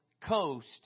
coast